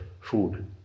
food